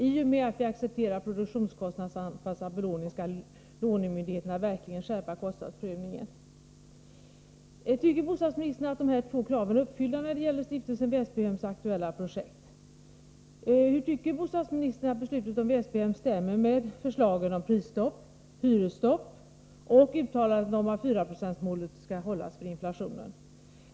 I och med att vi accepterar produktionskostnadsanpassad belåning skall lånemyndigheten verkligen skärpa kostnadsprövningen. Tycker bostadsministern att dessa två krav är uppfyllda när det gäller Stiftelsen Väsbyhems aktuella projekt? Hur tycker bostadsministern att beslutet om Väsbyhem stämmer med förslagen om prisstopp och hyresstopp och med uttalandet om att 4-procentsmålet för inflationen skall hållas?